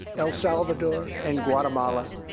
el salvador, and guatemala.